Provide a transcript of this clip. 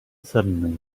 suddenly